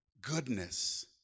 goodness